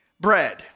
bread